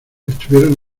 estuvieron